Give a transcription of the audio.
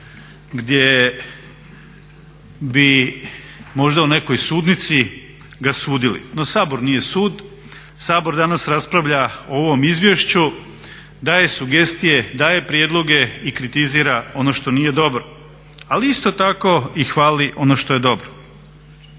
gdje bi možda u nekoj sudnici ga sudili. No Sabor nije sud, Sabor danas raspravlja o ovom izvješću, daje sugestije, daje prijedloge i kritizira ono što nije dobro, ali isto tako i hvali ono što je dobro.